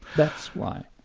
that's why.